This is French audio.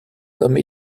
comme